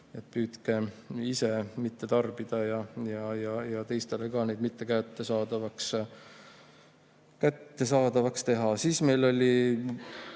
Püüdke ise mitte tarbida ja teistele ka neid mitte kättesaadavaks teha. Meil oli